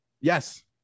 Yes